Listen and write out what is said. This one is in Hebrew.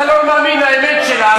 אתה לא מאמין לאמת שלה,